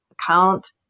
account